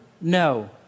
no